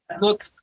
look